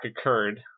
occurred